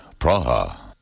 Praha